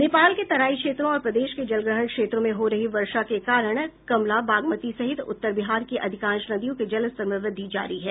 नेपाल के तराई क्षेत्रों और प्रदेश के जलग्रहण क्षेत्रों में हो रही वर्षा के कारण कमला बगमती सहित उत्तर बिहार की अधिकांश नदियों के जलस्तर में वृद्वि जारी है